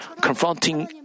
confronting